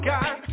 God